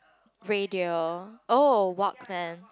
radio oh walkman